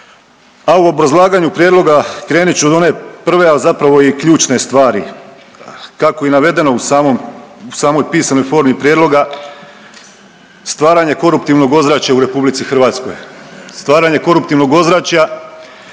a u obrazlaganju prijedloga krenit ću od one prve, a zapravo i ključne stvari. Kako je navedeno u samoj pisanoj formi prijedloga, stvaranje koruptivnog ozračja u RH, stvaranje